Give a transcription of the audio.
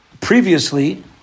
previously